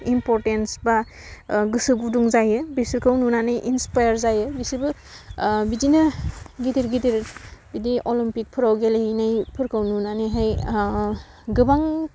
importance बा गोसो गुदुं जायो बिसोरखौ नुनानै इन्सपाइयार जायो बिसोरबो बिदिनो गिदिर गिदिर बिदि अलम्फिकफोराव गेलेहैनायफोरखौ नुनानैहाय गोबां